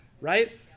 right